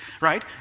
right